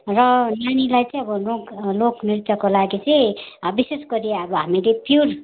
र नानीलाई चाहिँ अब लोक लोकनृत्यको लागि चाहिँ विशेष गरी अब हामीले प्योर